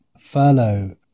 furlough